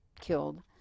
killed